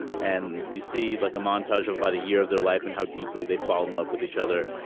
and you see like a montage of about a year of their life and how deeply they fall in love with each other.